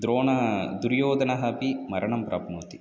द्रोणः दुर्योधनः अपि मरणं प्राप्नोति